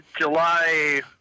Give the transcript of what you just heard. July